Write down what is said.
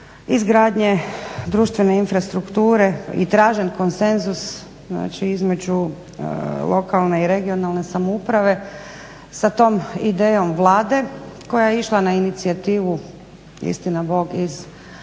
izgradnje društvene infrastrukture i tražen konsenzus, znači između lokalne i regionalne samouprave. Sa tom idejom Vlade koja je išla na inicijativu, istina bog iz Varaždinske